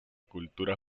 cultura